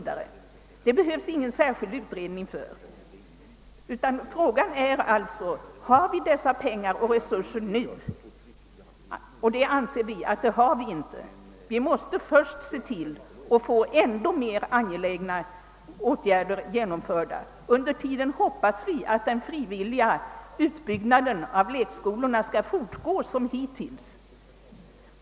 Det behövs således ingen särskild utredning, utan frågan är bara den: Finns det resurser härför nu? Vi anser inte att så är fallet. Vi måste först se till att angelägnare åtgärder genomförs. Under tiden hoppas vi att den frivilliga utbyggnaden av lekskolorna skall fortgå som hittills.